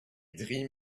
dream